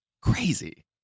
crazy